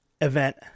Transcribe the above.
Event